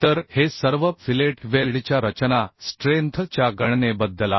तर हे सर्व फिलेट वेल्डच्या रचना स्ट्रेंथ च्या गणनेबद्दल आहे